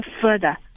further